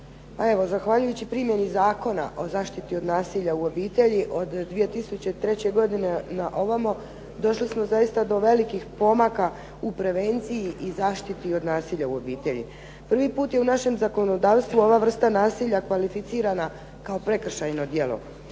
zahvaljujući primjeni Zakona o zaštiti od nasilja u obitelji od 2003. godine na ovamo došli smo zaista do velikih pomaka u prevenciji i zaštiti od nasilja u obitelji. Prvi put je u našem zakonodavstvu ova vrsta nasilja kvalificirana kao prekršajno djelo